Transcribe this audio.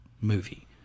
movie